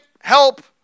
help